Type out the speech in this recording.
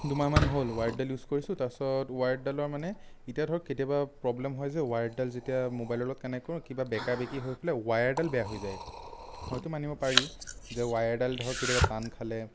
দুমাহমান হ'ল ৱায়াৰ্ডডাল ইউজ কৰিছো তাৰপাছত ৱায়াৰ্ডডালৰ মানে এতিয়া ধৰক কেতিয়াবা প্ৰব্লেম হয় যে ৱায়াৰ্ডডাল যেতিয়া ম'বাইলৰ লগত কানেক্ট কৰোঁ কিবা বেকা বেকি হৈ পেলাই ৱায়াৰডাল বেয়া হৈ যায় হয়তো মানিব পাৰি যে ৱায়াৰডাল ধৰক কেতিয়াবা টান খালে